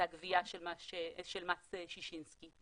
הגבייה של מס ששינסקי,